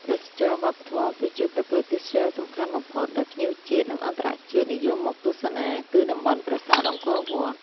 ទេសចរណ៍វប្បធម៌ គឺជាប្រភេទទេសចរសំខាន់បំផុត ដោយភ្ញៀវជាតិ និងអន្តរជាតិនិយមមកទស្សនា គឺតំបន់ប្រាសាទអង្គរ។